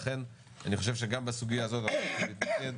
לכן גם בסוגיה הזאת אנחנו נתמקד,